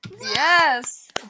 Yes